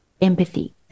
empathy